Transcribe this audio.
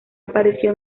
apareció